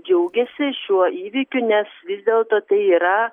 džiaugiasi šiuo įvykiu nes vis dėlto tai yra